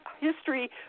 history